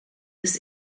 des